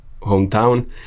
hometown